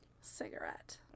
cigarette